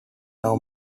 now